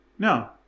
No